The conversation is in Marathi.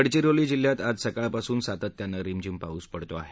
गडचिरोली जिल्ह्यात आज सकाळपासून सातत्यानं रिमझीम पाऊस पडतो आहे